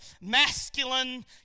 masculine